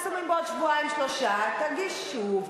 מקסימום בעוד שבועיים-שלושה תגיש שוב,